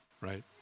Right